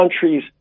countries